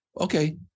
okay